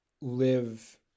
live